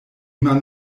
man